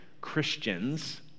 Christians